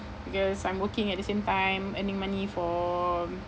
because I'm working at the same time earning money for